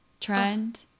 trend